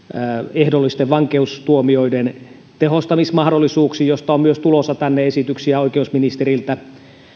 ehdollisten vankeustuomioiden tehostamismahdollisuuksista joista on myös tulossa tänne esityksiä oikeusministeriltä